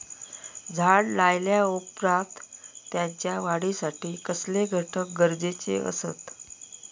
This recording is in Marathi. झाड लायल्या ओप्रात त्याच्या वाढीसाठी कसले घटक गरजेचे असत?